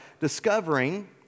discovering